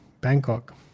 Bangkok